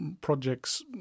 projects